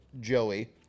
Joey